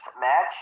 match